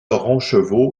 roncheveux